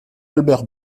albert